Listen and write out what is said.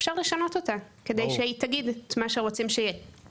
אפשר לשנות אותה כדי שהיא תגיד את מה שרוצים שייאמר.